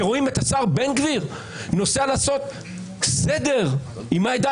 שרואים את השר בן גביר נוסע לעשות "סדר" עם העדה